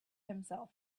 himself